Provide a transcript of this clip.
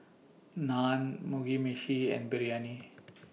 Naan Mugi Meshi and Biryani